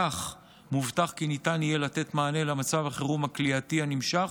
כך מובטח כי ניתן יהיה לתת מענה למצב החירום הכליאתי הנמשך,